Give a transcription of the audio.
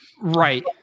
Right